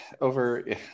Over